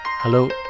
Hello